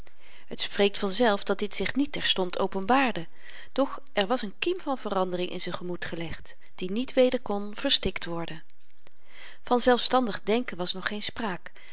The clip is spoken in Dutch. het spreekt vanzelf dat dit zich niet terstond openbaarde doch er was n kiem van verandering in z'n gemoed gelegd die niet weder kon verstikt worden van zelfstandig denken was nog geen spraak